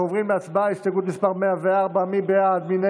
בעד, 51,